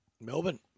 Melbourne